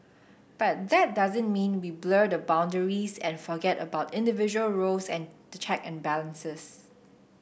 but that doesn't mean we blur the boundaries and forget about individual roles and check and balances